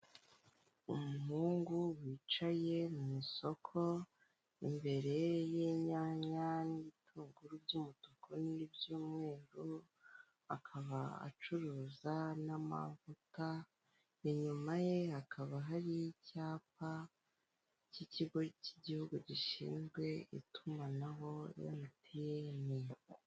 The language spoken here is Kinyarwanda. Umuhungu wicaye mu isoko imbere y'inyanya n'ibitunguru by'umutuku n'ibyumweru akaba acuruza n'amavuta ,inyuma ye hakaba hari icyapa cy'ikigo cy'igihugu gishinzwe itumanaho cya MTN.